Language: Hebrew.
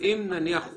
אם אדם שם